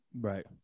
right